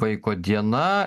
vaiko diena